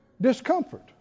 discomfort